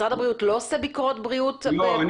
משרד הבריאות לא עושה ביקורות בריאות במקוואות?